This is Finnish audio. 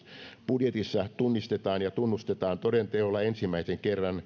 budjetissa tunnistetaan ja tunnustetaan toden teolla ensimmäisen kerran niin sanottujen seutukaupunkien merkitys